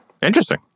Interesting